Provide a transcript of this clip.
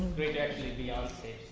great. actually beyonce.